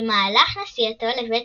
במהלך נסיעתו לבית